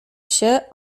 się